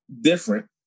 different